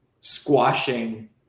squashing